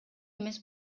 эмес